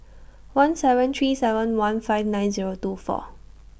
one seven three seven one five nine Zero two four